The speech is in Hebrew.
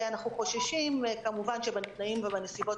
אנחנו חוששים כמובן שבתנאים ובנסיבות